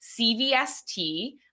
CVST